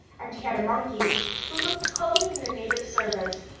and he had a monkey who looked colder than the native servant.